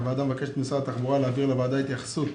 הוועדה מבקשת ממשרד התחבורה להעביר לוועדה התייחסות